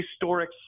historic